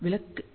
பேசுங்கள்